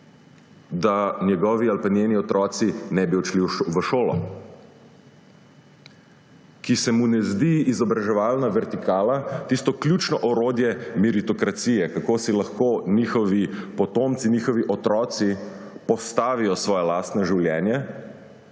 da njegovi ali njeni otroci ne bi odšli v šolo, ki se mu ne zdi izobraževalna vertikala tisto ključno orodje meritokracije, kako si lahko njihovi potomci, njihovi otroci postavijo svoje lastno življenje